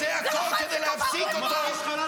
הוא מוציא דיבת חייל שאתמול קברנו,